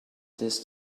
this